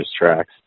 tracks